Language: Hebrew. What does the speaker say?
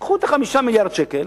קחו את 5 מיליארדי השקל,